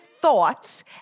thoughts